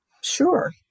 Sure